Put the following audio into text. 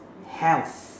health